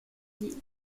ville